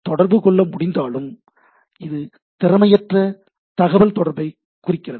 நாம் தொடர்பு கொள்ள முடிந்தாலும் இது திறமையற்ற தகவல் தொடர்பை குறிக்கிறது